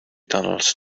tunnels